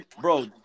bro